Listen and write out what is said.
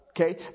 Okay